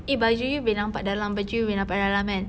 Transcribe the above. eh baju you boleh nampak dalam kan baju you boleh nampak dalam kan